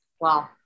Wow